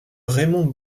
raymond